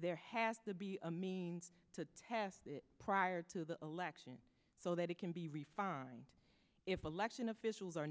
there has to be a means to test prior to the election so that it can be refined if election officials are